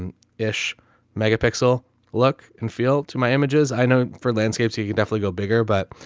and ish megapixel look and feel to my images. i know for landscapes you you can definitely go bigger, but,